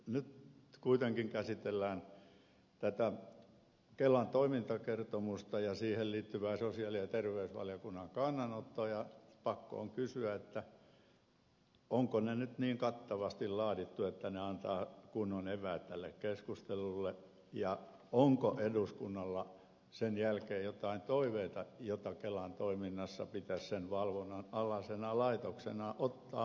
nyt kuitenkin käsitellään tätä kelan toimintakertomusta ja siihen liittyvää sosiaali ja terveysvaliokunnan kannanottoa ja pakko on kysyä onko ne nyt niin kattavasti laadittu että ne antavat kunnon eväät tälle keskustelulle ja onko eduskunnalla sen jälkeen joitain toiveita joita kelassa sen toiminnassa pitäisi eduskunnan valvonnan alaisena laitoksena ottaa huomioon